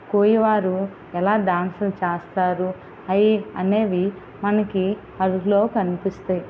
కోయ వారు ఎలా డాన్స్లు చేస్తారు అవి అనేవి మనకి అరకులో కనిపిస్తాయి